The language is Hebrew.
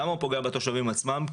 למה הוא פוגע בתושבים עצמם?